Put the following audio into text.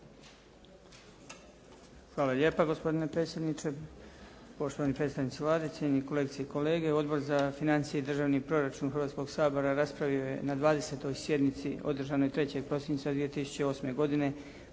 Hvala lijepa gospodine predsjedniče, poštovani predstavnici Vlade, cijenjeni kolegice i kolege. Odbor za financije i državni proračun Hrvatskog sabora raspravio je na 20. sjednici održanoj 3. prosinca 2008. godine